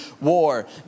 war